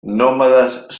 nómadas